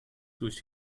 durch